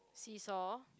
see saw